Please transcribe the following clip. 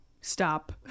Stop